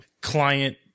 client